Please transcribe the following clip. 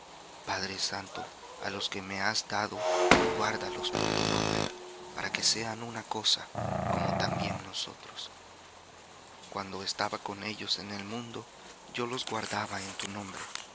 padre santo á los que me has dado guárdalos por tu nombre para que sean una cosa como también nosotros cuando estaba con ellos en el mundo yo los guardaba en tu nombre